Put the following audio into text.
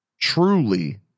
truly